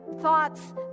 Thoughts